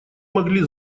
могли